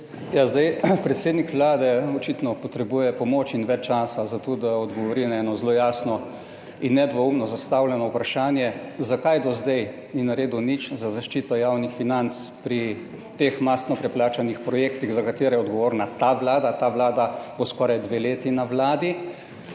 Predsednik Vlade očitno potrebuje pomoč in več časa za to, da odgovori na eno zelo jasno in nedvoumno zastavljeno vprašanje, zakaj do zdaj ni naredil nič za zaščito javnih financ pri teh mastno preplačanih projektih, za katere je odgovorna ta vlada. Ta vlada bo skoraj dve leti na Vladi.